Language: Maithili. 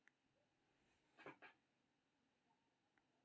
निजी निवेशक कोनो व्यवसाय खातिर शुरुआती पूंजी जुटाबै के प्रमुख स्रोत होइ छै